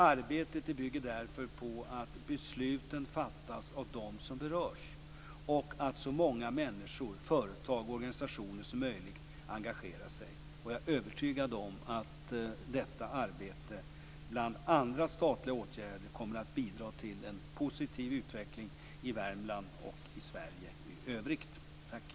Arbetet bygger därför på att besluten fattas av dem som berörs och att så många människor, företag och organisationer som möjligt engagerar sig. Jag är övertygad om att detta arbete - bland andra statliga åtgärder - kommer att bidra till en positiv utveckling i Värmland och i Sverige i övrigt. Tack!